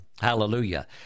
hallelujah